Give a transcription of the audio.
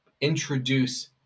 introduce